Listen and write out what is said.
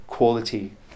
quality